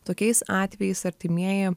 tokiais atvejais artimieji